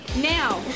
Now